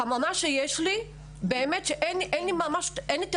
החממה שיש לי, באמת שאין לי טענות.